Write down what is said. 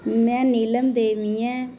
में नीलम देवी ऐं